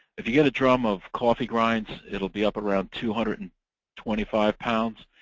if you get a drum of coffee grounds, it will be up around two hundred and twenty five pounds.